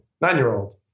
nine-year-old